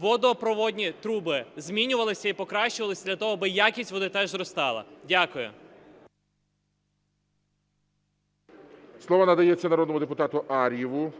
водопровідні труби змінювались і покращувались для того, аби якість води теж зростала. Дякую. ГОЛОВУЮЧИЙ. Слово надається народному депутату Ар'єву